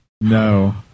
No